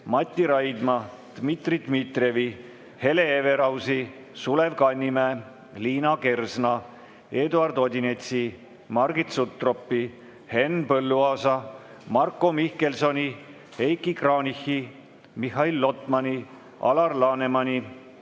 Mati Raidma, Dmitri Dmitrijevi, Hele Everausi, Sulev Kannimäe, Liina Kersna, Eduard Odinetsi, Margit Sutropi, Henn Põlluaasa, Marko Mihkelsoni, Heiki Kranichi, Mihhail Lotmani, Alar Lanemani,